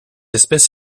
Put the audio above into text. espèce